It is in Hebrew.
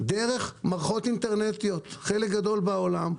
דרך מערכות אינטרנטיות, חלק גדול בעולם.